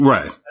Right